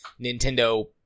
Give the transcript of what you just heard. Nintendo